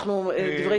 דברי סיכום.